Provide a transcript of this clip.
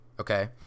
okay